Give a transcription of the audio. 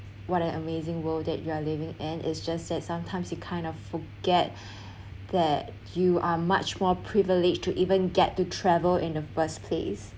what an amazing world that you are living in it's just that sometimes you kind of forget that you are much more privileged to even get to travel in the first place